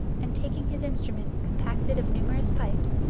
and taking his instrument compacted of numerous pipes,